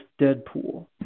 Deadpool